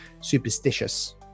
superstitious